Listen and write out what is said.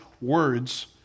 words